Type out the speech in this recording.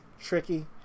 tricky